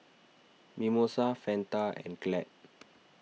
Mimosa Fanta and Glad